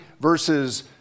versus